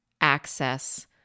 access